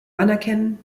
anerkennen